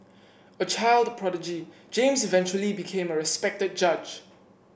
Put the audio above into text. a child prodigy James eventually became a respected judge